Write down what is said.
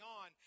on